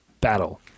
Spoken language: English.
battle